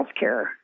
healthcare